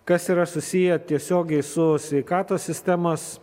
kas yra susiję tiesiogiai su sveikatos sistemos